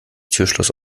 türschloss